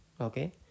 okay